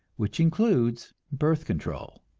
which includes birth control.